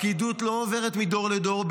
הפקידות לא עוברת מדור לדור,